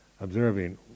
observing